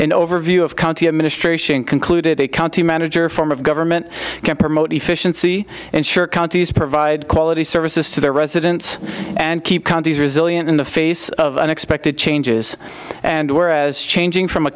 an overview of county administration concluded a county manager form of government can promote efficiency and sure county provide quality services to their residents and keep countries resilient in the face of unexpected changes and whereas changing from a